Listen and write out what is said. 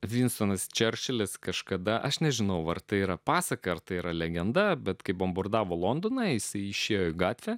vinstonas čerčilis kažkada aš nežinau vartai yra pasak kartą yra legenda bet kai bombardavo londoną eisi išėjo į gatvę